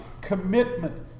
Commitment